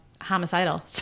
homicidal